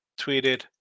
tweeted